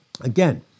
Again